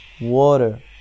water